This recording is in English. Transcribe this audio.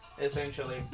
essentially